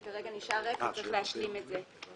זה כרגע נשאר ריק וצריך להשלים את זה.